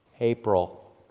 April